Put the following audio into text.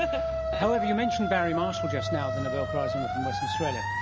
ah however, you mentioned barry marshall just now, the nobel prize-winner from western australia,